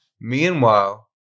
Meanwhile